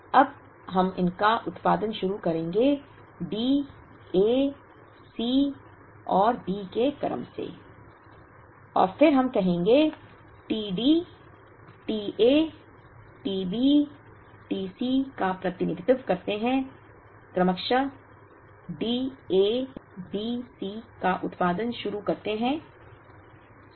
अब हम इनका उत्पादन शुरू करेंगे D A C और B के क्रम में और फिर हम कहेंगे कि t D t A t B t C का प्रतिनिधित्व करते हैं क्रमशः D A B C का उत्पादन शुरू करते हैं